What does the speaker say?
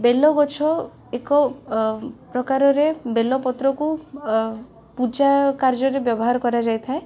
ବେଲ ଗଛ ଏକ ଅଁ ପ୍ରକାରରେ ବେଲପତ୍ରକୁ ଅ ପୂଜା କାର୍ଯ୍ୟରେ ବ୍ୟବହାର କରାଯାଇ ଥାଏ